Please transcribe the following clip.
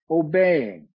obeying